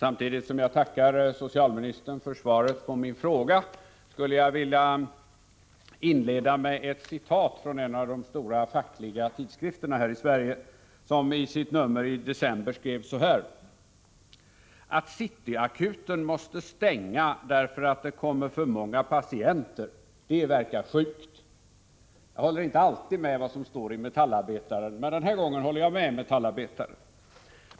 Herr talman! Jag tackar socialministern för svaret på min fråga. Inledningsvis skulle jag vilja återge ett citat från en av de stora fackliga tidskrifterna i Sverige, nämligen Metallarbetaren. I decembernumret stod det så här: ”...att City-Akuten måste stänga, därför att det kommer för många patienter. Det verkar sjukt.” Jag håller inte alltid med om vad som står i Metallarbetaren, men den här gången gör jag det.